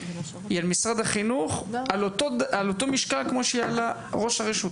היא על משרד החינוך כמו שהיא על ראש הרשות.